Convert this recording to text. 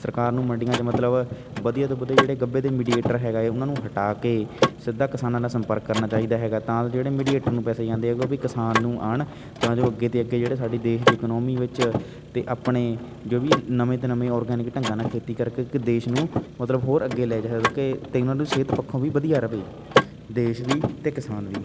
ਸਰਕਾਰ ਨੂੰ ਮੰਡੀਆਂ 'ਚ ਮਤਲਬ ਵਧੀਆ ਤੋਂ ਵਧੀਆ ਜਿਹੜੇ ਗੱਭੇ ਦੇ ਮੀਡੀਏਟਰ ਹੈਗਾ ਹੈ ਉਹਨਾਂ ਨੂੰ ਹਟਾ ਕੇ ਸਿੱਧਾ ਕਿਸਾਨਾਂ ਨਾਲ ਸੰਪਰਕ ਕਰਨਾ ਚਾਹੀਦਾ ਹੈਗਾ ਤਾਂ ਜਿਹੜੇ ਮੀਡੀਏਟਰ ਨੂੰ ਪੈਸੇ ਜਾਂਦੇ ਹੈਗੇ ਉਹ ਵੀ ਕਿਸਾਨ ਨੂੰ ਆਉਣ ਤਾਂ ਜੋ ਅੱਗੇ ਤੋਂ ਅੱਗੇ ਜਿਹੜੇ ਸਾਡੀ ਦੇਸ਼ ਦੀ ਇਕਨੋਮੀ ਵਿੱਚ ਅਤੇ ਆਪਣੇ ਜੋ ਵੀ ਨਵੇਂ ਤੋਂ ਨਵੇਂ ਔਰਗੈਨਿਕ ਢੰਗਾਂ ਨਾਲ ਖੇਤੀ ਕਰਕੇ ਇੱਕ ਦੇਸ਼ ਨੂੰ ਮਤਲਬ ਹੋਰ ਅੱਗੇ ਲੈ ਅਤੇ ਉਹਨਾਂ ਨੂੰ ਸਿਹਤ ਪੱਖੋਂ ਵੀ ਵਧੀਆ ਰਹੇ ਦੇਸ਼ ਵੀ ਅਤੇ ਕਿਸਾਨ ਵੀ